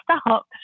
stop